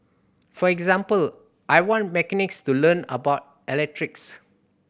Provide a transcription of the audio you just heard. for example I want mechanics to learn about electrics